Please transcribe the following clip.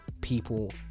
people